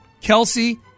Kelsey